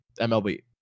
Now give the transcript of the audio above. MLB